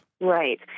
Right